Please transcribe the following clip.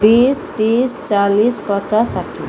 बिस तिस चालिस पचास साठी